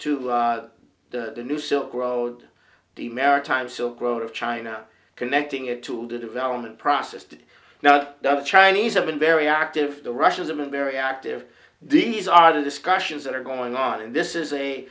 to the to the new silk road the maritime silk road of china connecting it to the development process to now the chinese have been very active the russians have been very active these are the discussions that are going on and this is a